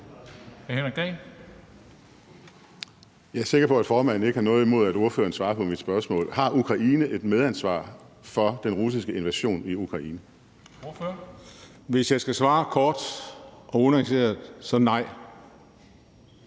Jeg er sikker på, at formanden ikke har noget imod, at ordføreren svarer på mit spørgsmål. Har Ukraine et medansvar for den russiske invasion i Ukraine? Kl. 13:57 Formanden (Henrik